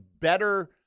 better